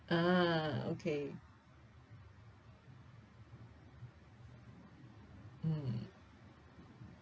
ah okay mm